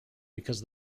because